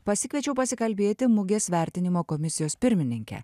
pasikviečiau pasikalbėti mugės vertinimo komisijos pirmininkę